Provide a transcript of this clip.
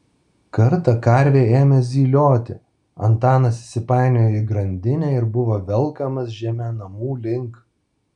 kartą karvė ėmė zylioti antanas įsipainiojo į grandinę ir buvo velkamas žeme namų link